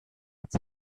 its